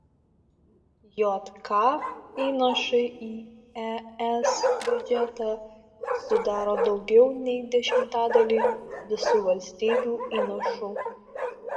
jk įnašai į es biudžetą sudaro daugiau nei dešimtadalį visų valstybių įnašų